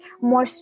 more